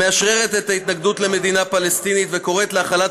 המאשררת את ההתנגדות למדינה הפלסטינית וקוראת להחלת